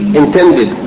intended